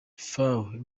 fawe